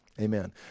amen